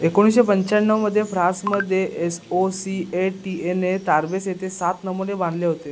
एकोणीशे पंच्याण्णवमध्ये फ्रान्समध्ये S O C A T एने तार्बेस येथे सात नमुने बांधले होते